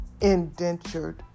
indentured